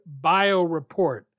BioReport